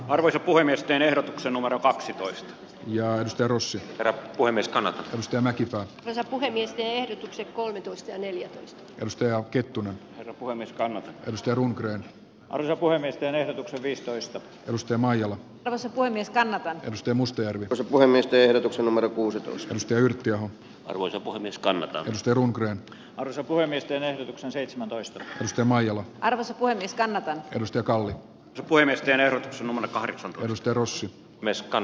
arvoisa puhemies teen ehdotuksen numero kaksitoista joista russia per voimistunut ja mäkipää ja puheviestiä ehdotuksia kolmetoista neljä edustajaa kettunen puolestaan pystyi runkreeni alkoi miesten ehdotukset viistoista kaluste maijala asevoimistaan edusti mustajärvi voimme tehdä numero kuusitoista mistä yhtiön arvo devonish kanada pysty runkreen osapuolen nesteen ehdotuksen seitsemäntoista piste maijala karsittu edistää myös työkalut avoimesti ennen oman kahdeksan ylistarossa niskan